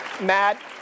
Matt